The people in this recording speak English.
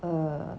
orh